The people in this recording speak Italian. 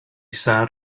san